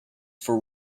for